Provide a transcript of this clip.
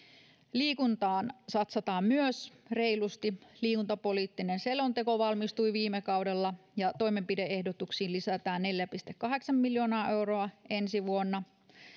liikuntaan satsataan myös reilusti liikuntapoliittinen selonteko valmistui viime kaudella toimenpide ehdotuksiin lisätään neljä pilkku kahdeksan miljoonaa euroa ensi vuonna